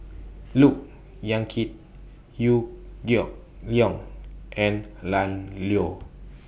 Look Yan Kit Liew Geok Leong and Lan Loy